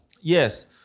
yes